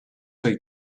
they